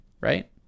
right